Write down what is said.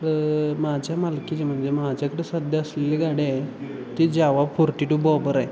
तर माझ्या मालकीचे म्हणजे माझ्याकडे सध्या असलेली गाडी आहे ती ज्यावा फोर्टी टू बॉबर आहे